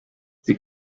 sie